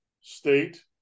State